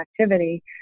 activity